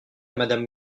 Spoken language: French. madame